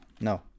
no